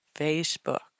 Facebook